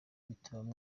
bituma